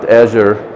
azure